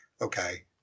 okay